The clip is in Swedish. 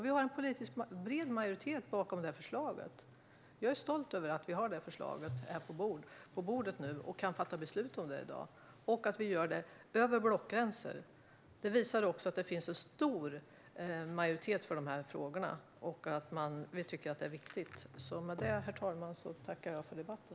Vi har en bred politisk majoritet bakom detta förslag. Jag är stolt över att vi har det här förslaget på bordet nu och kan fatta beslut om det i dag, och att vi gör det över blockgränser. Det visar också att det finns en stor majoritet för dessa frågor och att vi tycker att det är viktigt. Med det, herr talman, tackar jag för debatten.